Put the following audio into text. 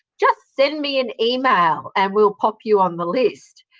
just send me an email and we'll pop you on the list.